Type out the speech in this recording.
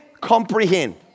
comprehend